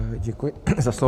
Děkuji za slovo.